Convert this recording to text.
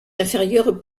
inférieures